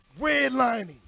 Redlining